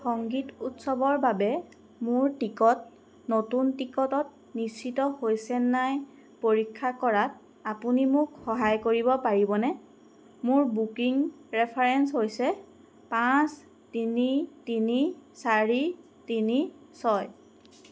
সংগীত উৎসৱৰ বাবে মোৰ টিকট নতুন টিকটত নিশ্চিত হৈছে নে নাই পৰীক্ষা কৰাত আপুনি মোক সহায় কৰিব পাৰিবনে মোৰ বুকিং ৰেফাৰেঞ্চ হৈছে পাঁচ তিনি তিনি চাৰি তিনি ছয়